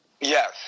Yes